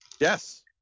yes